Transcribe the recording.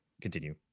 Continue